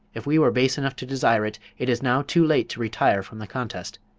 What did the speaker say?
if we were base enough to desire it, it is now too late to retire from the contest.